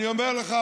אני אומר לך,